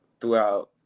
throughout